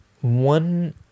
One